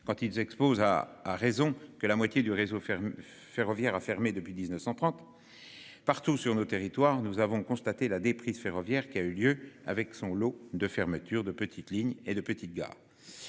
quand ils expose à à raison que la moitié du réseau. Ferroviaire a fermé depuis 1930. Partout sur nos territoires. Nous avons constaté la déprise ferroviaire qui a eu lieu avec son lot de fermeture de petites lignes et de gars.